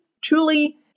truly